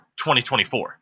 2024